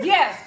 Yes